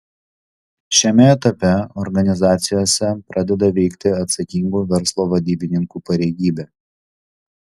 šiame etape organizacijose pradeda veikti atsakingų verslo vadybininkų pareigybė